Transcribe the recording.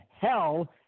hell